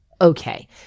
Okay